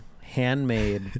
Handmade